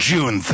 June